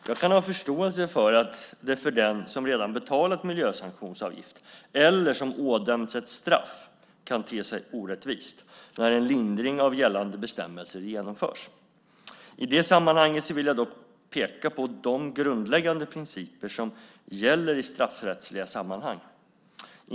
Jag kan ha förståelse för att det för den som redan betalat miljösanktionsavgift eller som ådömts ett straff kan te sig orättvist när en lindring av gällande bestämmelser genomförs. I det sammanhanget vill jag dock peka på de grundläggande principer som gäller i straffrättsliga sammanhang.